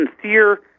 sincere